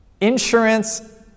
Insurance